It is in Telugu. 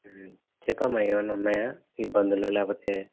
చెప్పమ్మా ఏమైనా ఉన్నాయా ఇబ్బందులు లేకపోతే